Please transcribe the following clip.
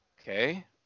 Okay